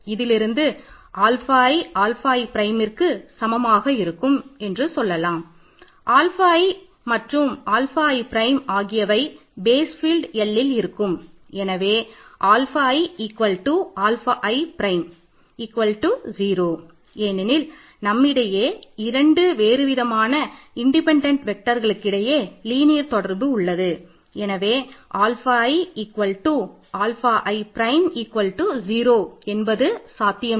இதிலிருந்து ஆல்ஃபா 0 என்பது சாத்தியமில்லை